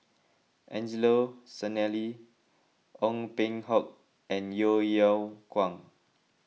Angelo Sanelli Ong Peng Hock and Yeo Yeow Kwang